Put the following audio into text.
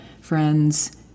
friends